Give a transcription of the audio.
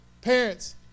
parents